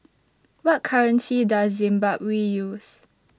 What currency Does Zimbabwe use